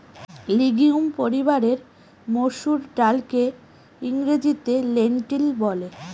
legume পরিবারের মসুর ডালকে ইংরেজিতে লেন্টিল বলে